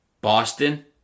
Boston